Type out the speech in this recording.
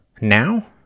now